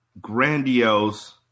grandiose